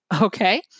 Okay